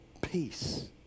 peace